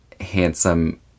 handsome